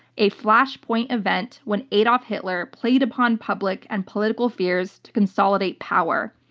a flash point event when adolf hitler played upon public and political fears to consolidate power,